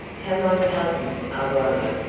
how my cousins are worrying,